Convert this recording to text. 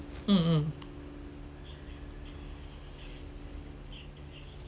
mm mm